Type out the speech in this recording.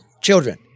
children